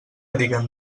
diguen